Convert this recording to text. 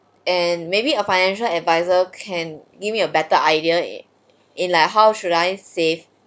and maybe a financial advisor can give me a better idea in in like how should I save